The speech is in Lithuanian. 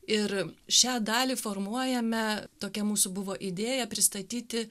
ir šią dalį formuojame tokia mūsų buvo idėja pristatyti